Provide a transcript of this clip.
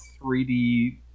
3d